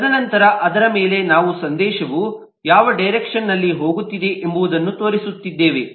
ತದನಂತರ ಅದರ ಮೇಲೆ ನಾವು ಸಂದೇಶವು ಯಾವ ಡೈರೆಕ್ಷನ್ನಲ್ಲಿ ಹೋಗುತ್ತಿದೆ ಎಂಬುದನ್ನು ತೋರಿಸುತ್ತಿದ್ದೇವೆ